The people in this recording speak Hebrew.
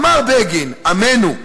אמר בגין: "עמנו,